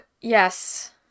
yes